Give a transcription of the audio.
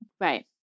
Right